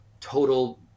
total